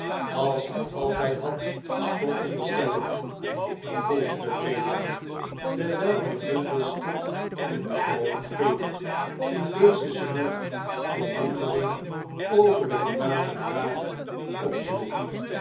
als gij altijd hadt vooronderstel ik vervolgde de vreemdeling terwijl hij bumble strak in de oogen keek toen deze ze met verwondering over de gedane vraag opsloeg